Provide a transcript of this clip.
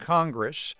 Congress